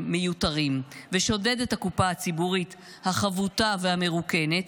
מיותרים ושודד את הקופה הציבורית החבוטה והמרוקנת,